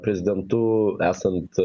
prezidentu esant